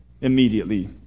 immediately